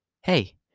Hey